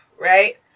Right